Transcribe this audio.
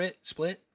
split